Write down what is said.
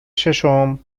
ششم